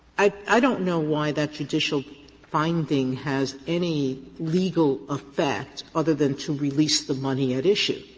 i don't know why that judicial finding has any legal effect other than to release the money at issue.